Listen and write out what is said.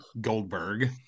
Goldberg